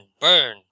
Burn